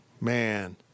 man